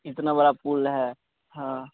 इतना बड़ा पुल है हाँ